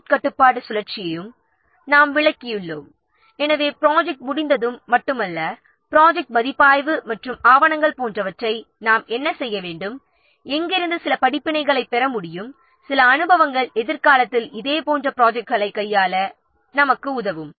ப்ராஜெக்ட்க் கட்டுப்பாட்டு சுழற்சியையும் நாம் விளக்கியுள்ளோம் எனவே ப்ராஜெக்ட் முடிந்ததும் மட்டுமல்ல ப்ராஜெக்ட் மதிப்பாய்வு மற்றும் ஆவணங்கள் போன்றவற்றை நாம் என்ன செய்ய வேண்டும் எங்கிருந்து சில படிப்பினைகளைப் பெற முடியும் சில அனுபவங்கள் எதிர்காலத்தில் இதே போன்ற ப்ராஜெக்ட்களைக் கையாள உதவும்